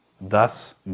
Thus